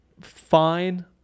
fine